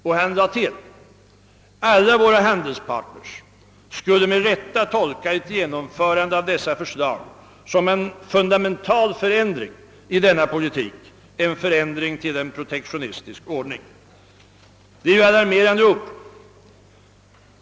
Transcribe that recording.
Och han till lade: »Alla våra handelspartners skulle med rätta tolka ett genomförande av dessa förslag som en fundamental förändring i denna politik, en förändring till en protektionistisk ordning.» Det är alarmerande ord.